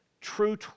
true